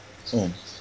oh